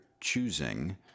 choosing